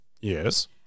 Yes